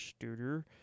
Studer